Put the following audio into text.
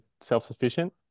self-sufficient